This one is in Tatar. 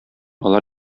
алар